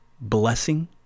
blessing